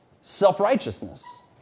self-righteousness